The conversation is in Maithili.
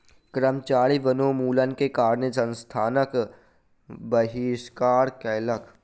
कर्मचारी वनोन्मूलन के कारण संस्थानक बहिष्कार कयलक